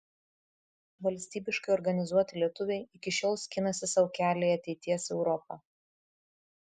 valstybiškai organizuoti lietuviai iki šiol skinasi sau kelią į ateities europą